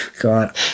God